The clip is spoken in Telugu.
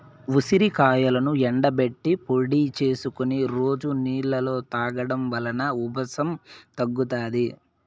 ఉసిరికాయలను ఎండబెట్టి పొడి చేసుకొని రోజు నీళ్ళలో తాగడం వలన ఉబ్బసం తగ్గుతాది